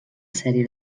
sèrie